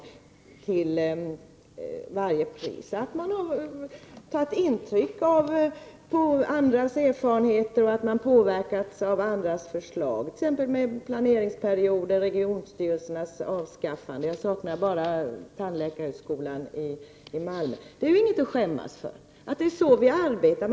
Jag tycker att det är bra att man har tagit intryck av andras erfarenheter och påverkats av andras förslag, t.ex. när det gäller planeringsperioder och regionstyrelsernas avskaffande — jag saknar bara motsvarande ställningstagande när det gäller tandläkarhögskolan i Malmö. Det är inget att skämmas för; det är så vi arbetar.